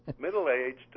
middle-aged